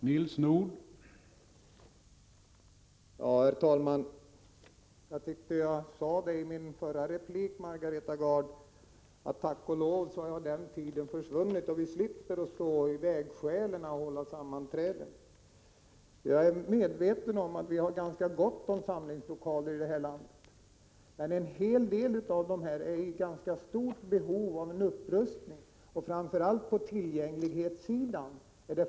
Herr talman! Jag tyckte att jag sade i min förra replik, Margareta Gard, att den tiden tack och lov har försvunnit, och vi slipper stå i vägskälen och hålla sammanträden. Jag är medveten om att vi har ganska gott om samlingslokaler här i landet, men en hel del av dem är i stort behov av upprustning, framför allt på tillgänglighetssidan.